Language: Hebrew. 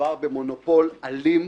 מדובר במונופול אלים,